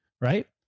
right